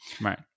right